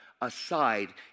aside